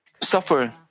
suffer